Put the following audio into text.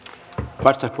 arvoisa